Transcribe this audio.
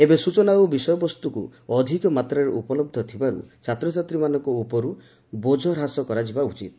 ଏବେ ସ୍ବଚନା ଓ ବିଷୟବସ୍ତୁ ଅଧିକ ମାତ୍ରାରେ ଉପଲହ୍ଧ ଥିବାରୁ ଛାତ୍ରଛାତ୍ରୀମାନଙ୍କ ଉପରୁ ବୋଝ ହ୍ରାସ କରାଯିବା ଉଚିତ୍